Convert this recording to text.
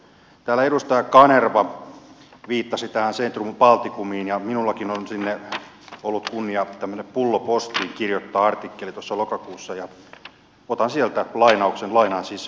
täällä edustaja kanerva viittasi centrum balticumiin ja minullakin on ollut kunnia kirjoittaa pullopostiin artikkeli lokakuussa ja otan sieltä lainauksen lainaan siis itseäni